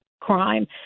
crime